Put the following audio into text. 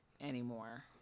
anymore